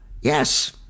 Yes